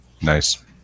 nice